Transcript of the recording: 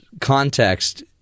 context